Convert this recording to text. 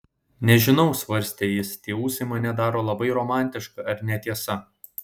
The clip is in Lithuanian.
nežinau svarstė jis tie ūsai mane daro labai romantišką ar ne tiesa